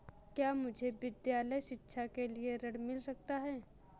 क्या मुझे विद्यालय शिक्षा के लिए ऋण मिल सकता है?